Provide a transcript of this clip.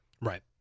right